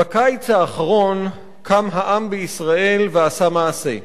בקיץ האחרון קם העם בישראל ועשה מעשה.